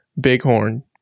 Bighorn